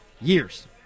years